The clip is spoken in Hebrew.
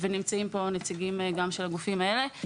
ונמצאים כאן הנציגים של הגופים האלה.